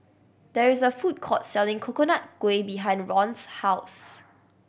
there is a food court selling Coconut Kuih behind Ron's house